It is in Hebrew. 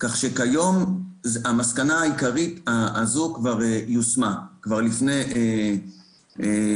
כך שכיום המסקנה העיקרית הזו יושמה כבר לפני כעשור.